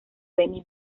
benny